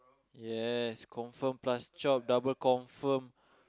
yes confirm plus chop double confirm